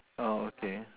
oh okay